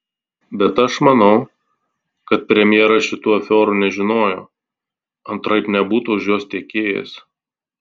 bet aš manau kad premjeras šitų afiorų nežinojo antraip nebūtų už jos tekėjęs